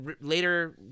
later